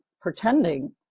pretending